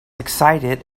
excited